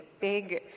big